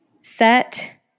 set